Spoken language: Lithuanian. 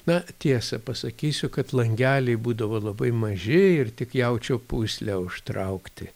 na tiesą pasakysiu kad langeliai būdavo labai maži ir tik jaučio pūsle užtraukti